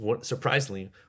Surprisingly